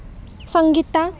Sangeeta